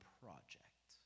project